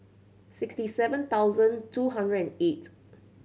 sixty seven thousand two hundred and eight